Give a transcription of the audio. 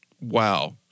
Wow